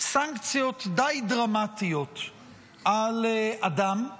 סנקציות די דרמטיות על אדם,